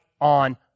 on